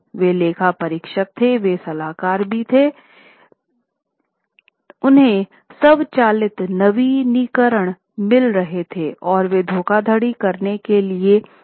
वे लेखा परीक्षक थे वे सलाहकार भी थे न्हें स्वचालित नवीनीकरण मिल रहे थे और वे धोखाधड़ी करने के लिए पार्टी भी थे